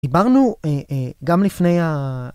עיברנו גם לפני ה...